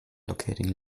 locating